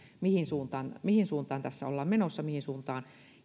mihin suuntaan mihin suuntaan tässä ollaan menossa mihin suuntaan